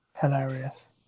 hilarious